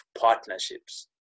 partnerships